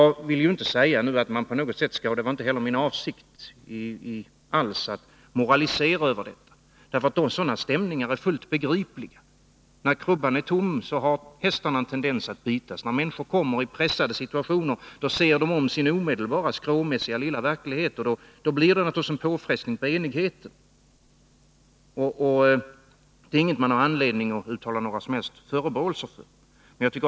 Det var inte på något sätt min avsikt att moralisera över detta, eftersom sådana stämningar är fullt begripliga. När krubban är tom har hästarna en tendens att bitas. Då människor kommer i pressade situationer, ser de på sin omedelbara, skråmässiga lilla verklighet. Och då blir det naturligtvis en påfrestning på enigheten. Det finns ingen anledning att uttala några som helst förebråelser med anledning av detta.